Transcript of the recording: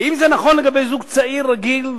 ואם זה נכון לגבי זוג צעיר רגיל,